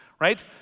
Right